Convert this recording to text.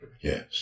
Yes